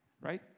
right